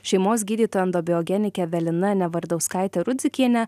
šeimos gydytoja endobiogenike evelina nevardauskaite rudzikiene